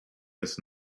his